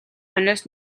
хойноос